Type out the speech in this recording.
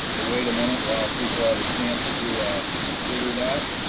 wait a minute while people have a chance to consider that.